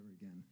again